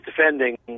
defending